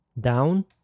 down